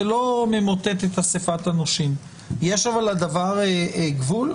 זה לא ממוטט את אסיפת הנושים אבל יש לדבר גבול?